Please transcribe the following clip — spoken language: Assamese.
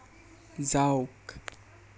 যাওক